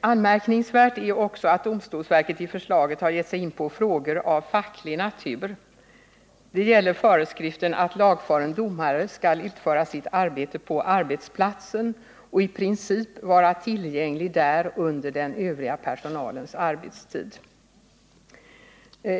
Anmärkningsvärt är också att domstolsverket i förslaget har gett sig in på frågor av facklig natur. Det gäller föreskriften att lagfaren domare skall utföra sitt arbete på arbetsplatsen och i princip vara tillgänglig där under den övriga personalens arbetstid.